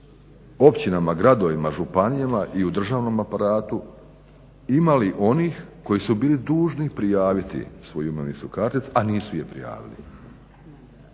općinama, gradovima, županijama i u državnom aparatu ima li onih koji su bili dužni prijaviti svoju imovinsku karticu, a nisu je prijavili